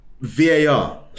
VAR